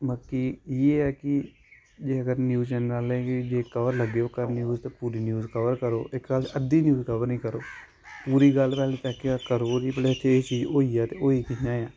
बाकी एह् हे कि जेकर न्यूज चैनल आह्ले गी जे कवर लग्गे ओह् करन ते न्यूज पूरी न्यूज कवर करो इक गल्ल अद्धी न्यूज कवर निं करो पूरी गल्ल अगर इत्थें एह् चीज होई ऐ ते होई कि'यां ऐ